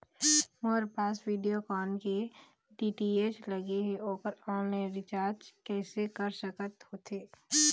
मोर पास वीडियोकॉन के डी.टी.एच लगे हे, ओकर ऑनलाइन रिचार्ज कैसे कर सकत होथे?